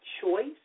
choice